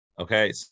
Okay